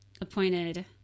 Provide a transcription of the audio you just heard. appointed